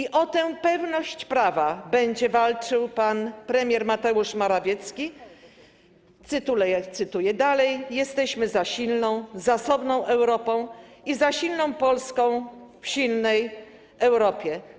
I o tę pewność prawa będzie walczył pan premier Mateusz Morawiecki, bo, cytuję dalej: Jesteśmy za silną, zasobną Europą i za silną Polską w silnej Europie.